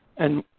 and